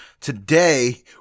Today